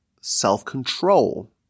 self-control